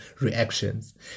reactions